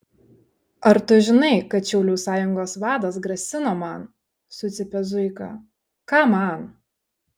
ar tu žinai kad šaulių sąjungos vadas grasino man sucypė zuika ką man